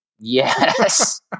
Yes